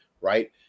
right